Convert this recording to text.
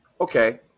Okay